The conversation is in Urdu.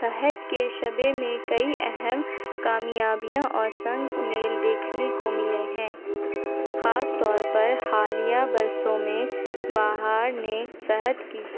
صحت کے شعبے میں کئی اہم کامیابیاں اور سنگ میل دیکھنے کو ملے ہیں خاص طور پر حالیہ برسوں میں بہار نے صحت کی